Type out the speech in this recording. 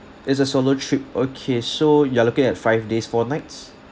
it's a solo trip okay so you are looking at five days four nights